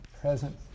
present